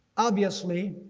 obviously,